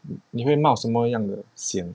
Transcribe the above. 你会冒什么样的险